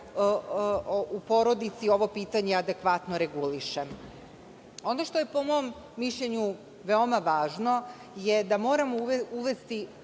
u porodici ovo pitanje adekvatno reguliše. Ono što je po mom mišljenju veoma važno je da moramo uvesti